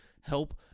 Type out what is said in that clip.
help